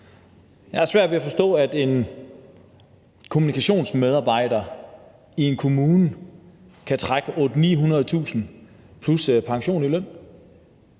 Jeg har svært ved at forstå, at en kommunikationsmedarbejder i en kommune kan trække 800.000-900.000 kr. plus pension i løn.